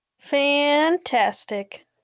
Fantastic